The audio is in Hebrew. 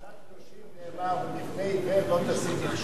בפרשת קדושים נאמר: בפני עיוור לא תשים מכשול.